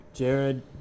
Jared